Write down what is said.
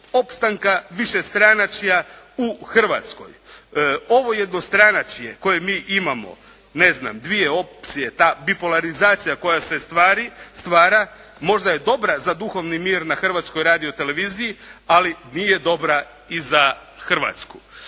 opstanka višestranačja u Hrvatskoj. Ovo jednostranačje koje mi imamo, ne znam dvije opcije, bipularizacija koja se stvara možda je dobra za duhovni mir na Hrvatskoj radioteleviziji, ali nije dobra i za Hrvatsku.